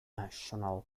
national